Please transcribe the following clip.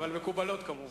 אבל מקובלות כמובן.